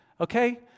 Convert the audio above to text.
okay